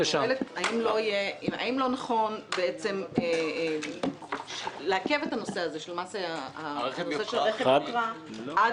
האם לא נכון לעכב את הנושא הזה של מס על רכב יוקרה עד